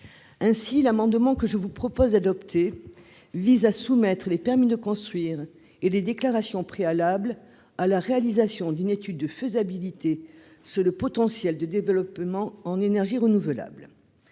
ainsi l'amendement que je vous propose adopter vise à soumettre les permis de construire et les déclarations préalables à la réalisation d'une étude de faisabilité sur le potentiel de développement en énergie renouvelable